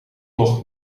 nog